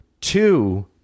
two